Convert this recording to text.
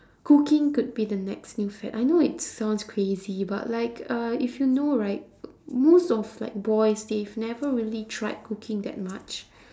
cooking could be the next new fad I know it sounds crazy but like uh if you know right most of like boys they've never really tried cooking that much